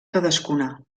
cadascuna